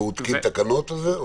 הוא הוציא תקנה.